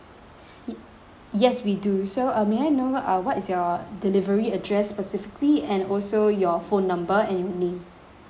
yes we do so uh may I know uh what is your delivery address specifically and also your phone number and your name